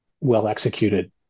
well-executed